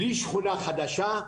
בלי שכונה חדשה,